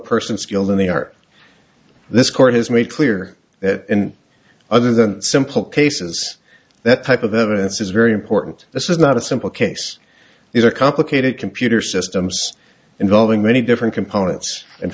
person skilled in the art this court has made clear that in other than simple cases that type of evidence is very important this is not a simple case these are complicated computer systems involving many different components and